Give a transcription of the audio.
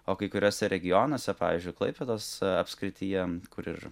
o kai kuriuose regionuose pavyzdžiui klaipėdos apskrityje kur ir